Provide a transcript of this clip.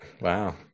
Wow